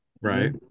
Right